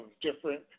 different